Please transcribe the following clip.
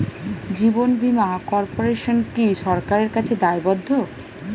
জীবন বীমা কর্পোরেশন কি সরকারের কাছে দায়বদ্ধ?